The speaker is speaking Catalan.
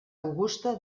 augusta